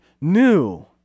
new